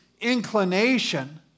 inclination